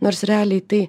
nors realiai tai